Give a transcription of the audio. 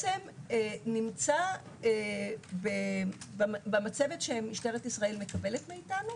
נמצא במצבת שמשטרת ישראל מקבלת מאתנו,